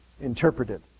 interpreted